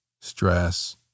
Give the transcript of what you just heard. stress